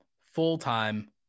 full-time